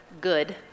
good